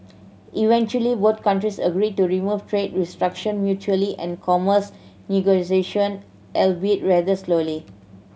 eventually both countries agreed to remove trade restriction mutually and commence negotiation albeit rather slowly